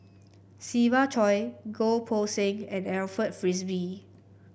Siva Choy Goh Poh Seng and Alfred Frisby